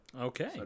Okay